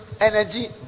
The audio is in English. energy